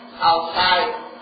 outside